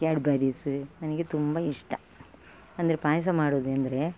Cadbury's ನನಗೆ ತುಂಬ ಇಷ್ಟ ಅಂದರೆ ಪಾಯಸ ಮಾಡುವುದೆಂದ್ರೆ